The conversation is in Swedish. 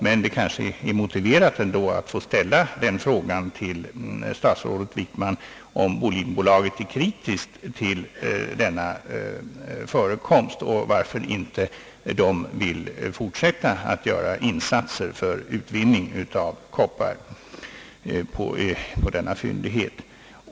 Men det är kanske ändå motiverat att få ställa den frågan till statsrådet Wickman, om Bolidenbolaget är kritiskt inställt till denna förekomst och om inte bolaget vill fortsätta att göra insatser för utvinning av koppar på denna fyndighet.